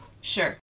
sure